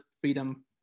freedom